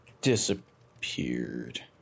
disappeared